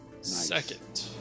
Second